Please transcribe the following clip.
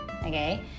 Okay